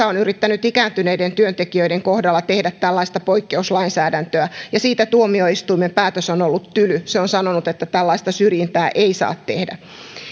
on yrittänyt ikääntyneiden työntekijöiden kohdalla tehdä tällaista poikkeuslainsäädäntöä ja siitä tuomioistuimen päätös on ollut tyly se on sanonut että tällaista syrjintää ei saa tehdä